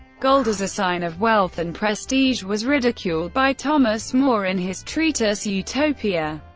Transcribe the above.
gold as a sign of wealth and prestige was ridiculed by thomas more in his treatise utopia.